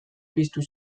piztu